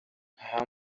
nta